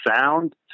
sound